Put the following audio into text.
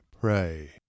pray